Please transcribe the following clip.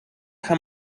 how